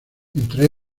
entre